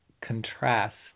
contrast